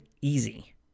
easy